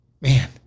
man